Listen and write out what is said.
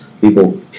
people